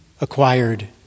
acquired